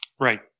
Right